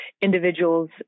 individuals